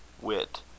Wit